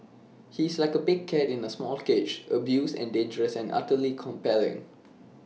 he's like A big cat in A small cage abused and dangerous and utterly compelling